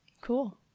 Cool